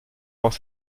aus